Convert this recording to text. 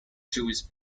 jewish